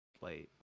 late